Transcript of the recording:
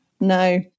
no